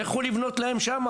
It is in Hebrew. לכו לבנות להם שם,